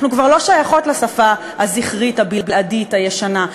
אנחנו כבר לא שייכות לשפה הזכרית הבלעדית הישנה.